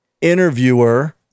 interviewer